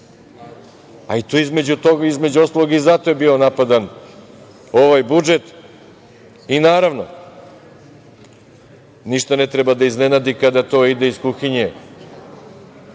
ni da je cene, a između ostalog i zato je bio napadan ovaj budžet i naravno ništa ne treba da iznenadi kada to ide iz kuhinje